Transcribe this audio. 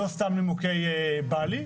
לא סתם נימוקי בא לי.